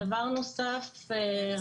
דבר נוסף,